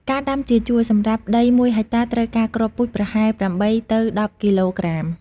ការដាំជាជួរ សម្រាប់ដី ១ ហិកតា ត្រូវការគ្រាប់ពូជប្រហែល ៨ ទៅ ១០ គីឡូក្រាម។